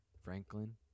Franklin